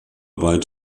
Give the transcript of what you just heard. bald